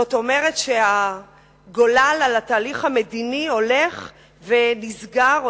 זאת אומרת שהגולל על התהליך המדיני הולך ונסגר,